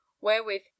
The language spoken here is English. wherewith